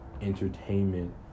entertainment